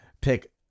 pick